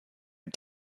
and